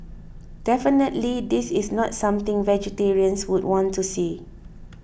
definitely this is not something vegetarians would want to see